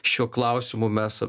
šiuo klausimu mes